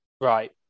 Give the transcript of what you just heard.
right